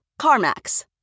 CarMax